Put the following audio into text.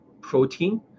protein